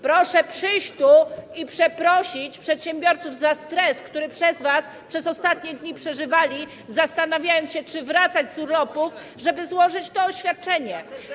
Proszę tu przyjść i przeprosić przedsiębiorców za stres, który przez was przez ostatnie dni przeżywali, zastanawiając się, czy wracać z urlopu, żeby złożyć to oświadczenie.